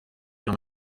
gant